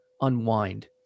unwind